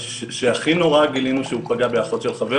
שהכי נורא גילינו שהוא פגע באחות של חבר